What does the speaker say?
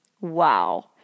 Wow